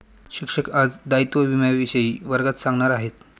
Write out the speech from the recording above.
शिक्षक आज दायित्व विम्याविषयी वर्गात सांगणार आहेत